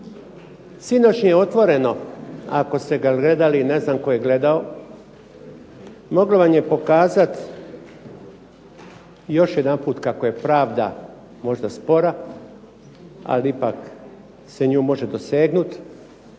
Sinoćnje "Otvoreno" ako ste ga gledali, ne znam tko je gledao moglo vam je pokazat još jedanput kako je pravda možda spora, ali ipak se nju može dosegnuti.